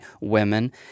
women